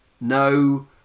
no